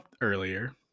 earlier